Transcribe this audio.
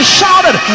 shouted